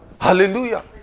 Hallelujah